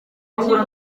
ahura